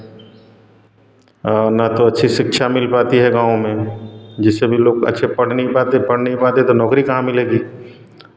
और न तो अच्छी शिक्षा मिल पाती है गाँव में जिससे भी लोग अच्छे पढ़ नहीं पाते पढ़ नहीं पाते तो नौकरी कहाँ मिलेगी